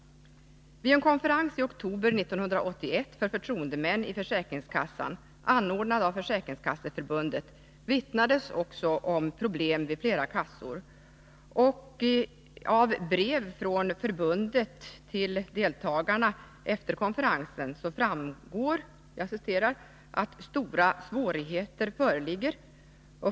Vid en konferens i oktober 1981 för förtroendemän i försäkringskassan anordnad av Försäkringskasseförbundet vittnades också om problem vid flera kassor, och av brev från förbundet till deltagarna efter konferensen 37 framgår, att ”stora svårigheter föreligger”.